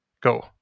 Go